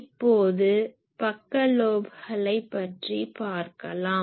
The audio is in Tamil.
இப்போது பக்க லோப்களைப் பற்றி பார்க்கலாம்